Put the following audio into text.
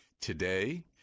Today